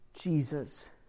Jesus